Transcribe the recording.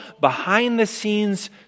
behind-the-scenes